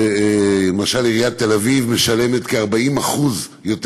למשל עיריית תל אביב משלמת כ-40% יותר